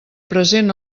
present